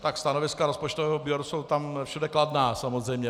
Tak stanoviska rozpočtového výboru jsou tam všude kladná, samozřejmě.